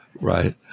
Right